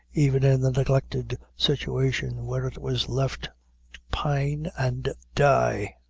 even in the neglected situation where it was left to pine and die.